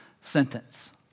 sentence